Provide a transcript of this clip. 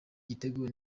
gitego